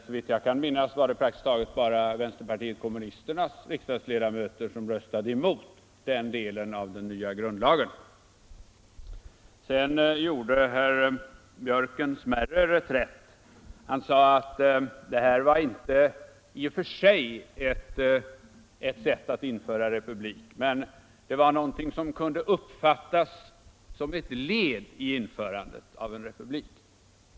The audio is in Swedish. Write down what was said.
Enligt vad jag kan minnas var det praktiskt taget bara vänsterpartiet kommunisternas riksdagsledamöter som röstade emot den delen av den nya grundlagen. Herr Björck gjorde en smärre reträtt då han sade att det här inte i och för sig var ett sätt att införa republik men att det kunde uppfattas som ett led i införandet av republik.